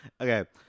Okay